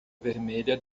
vermelha